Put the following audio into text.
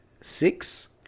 six